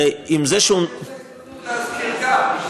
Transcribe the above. יש לה הזדמנות להזכיר גם,